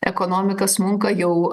ekonomika smunka jau